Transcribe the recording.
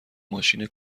ماشین